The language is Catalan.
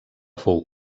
fou